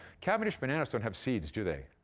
cavendish bananas don't have seeds, do they?